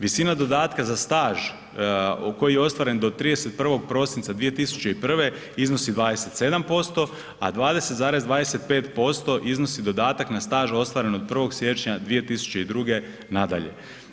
Visina dodatka za staž koji je ostvaren do 31. prosinca 2001. iznosi 27%, a 20,25% iznosi dodatak na staž ostvaren od 1. siječnja 2002. nadalje.